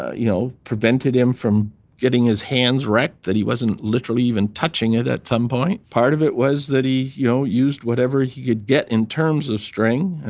ah you know prevented him from getting his hands wrecked, that he wasn't literally even touching it at some point. part of was that he you know used whatever he could get in terms of string, and